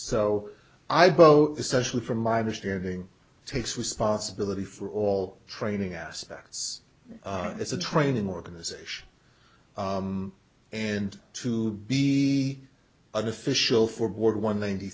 so i both especially from my understanding takes responsibility for all training aspects it's a training organization and to be an official for war one ninety